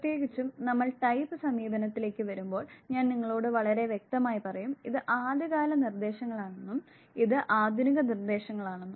പ്രത്യേകിച്ചും നമ്മൾ ടൈപ്പ് സമീപനത്തിലേക്ക് വരുമ്പോൾ ഞാൻ നിങ്ങളോട് വളരെ വ്യക്തമായി പറയും ഇത് ആദ്യകാല നിർദ്ദേശങ്ങളാണെന്നും ഇത് ആധുനിക നിർദ്ദേശങ്ങളാണെന്നും